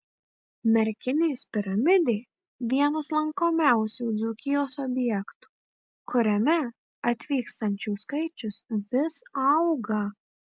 merkinės piramidė vienas lankomiausių dzūkijos objektų kuriame atvykstančių skaičius vis auga